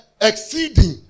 Exceeding